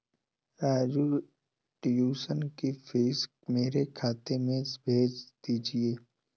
राजू के ट्यूशन की फीस मेरे खाते में भेज दीजिए